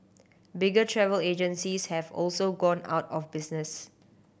bigger travel agencies have also gone out of business